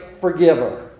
forgiver